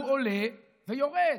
הוא עולה ויורד.